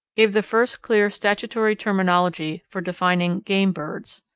gave the first clear statutory terminology for defining game birds.